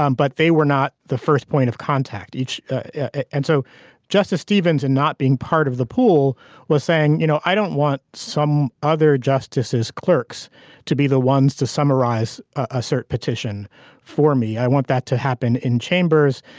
um but they were not the first point of contact. and and so justice stevens and not being part of the pool was saying you know i don't want some other justices clerks to be the ones to summarize ah cert petition for me. i want that to happen in chambers.